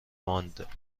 ماند